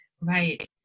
Right